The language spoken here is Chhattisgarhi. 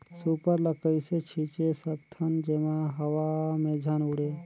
सुपर ल कइसे छीचे सकथन जेमा हवा मे झन उड़े?